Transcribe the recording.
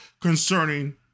concerning